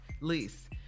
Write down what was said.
Lease